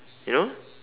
you know